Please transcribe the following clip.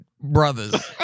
Brothers